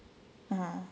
ah